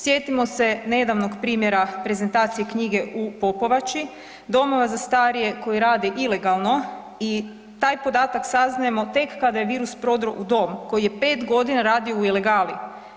Sjetimo se nedavnog primjera prezentacije knjige u Popovači, domova za starije koji rade ilegalno i taj podatak saznajemo tek kada je virus prodro u dom koji je 5.g. radio u ilegali.